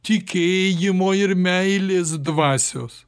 tikėjimo ir meilės dvasios